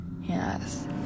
Yes